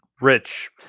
Rich